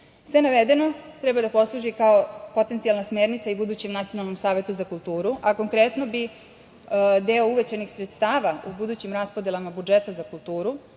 navedeno treba da posluži kao potencijalna smernica i budućem Nacionalnom savetu za kulturu, a konkretno bih deo uvećanih sredstava u budućim raspodelama budžeta za kulturu,